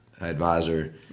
advisor